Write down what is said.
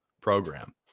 program